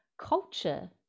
culture